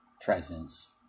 presence